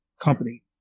company